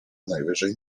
najwyżej